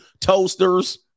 toasters